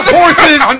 horses